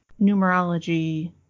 numerology